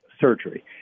surgery